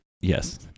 yes